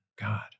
God